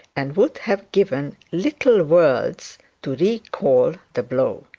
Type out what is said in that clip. and would have given little worlds to recall the blow.